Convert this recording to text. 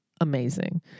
amazing